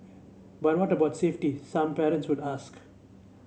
but what about safety some parents would ask